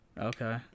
Okay